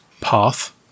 Path